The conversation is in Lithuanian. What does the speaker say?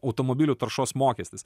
automobilių taršos mokestis